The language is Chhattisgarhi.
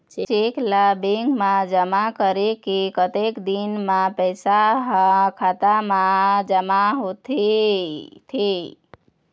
चेक ला बैंक मा जमा करे के कतक दिन मा पैसा हा खाता मा जमा होथे थे?